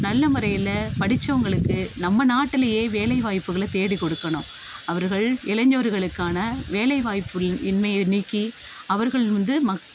நல்ல முறையில் படித்தவங்களுக்கு நம்ம நாட்டுலேயே வேலைவாய்ப்புகளை தேடிக் கொடுக்கணும் அவர்கள் இளைஞர்களுக்கான வேலைவாய்ப்பு இல் இன்மையை நீக்கி அவர்கள் வந்து மக்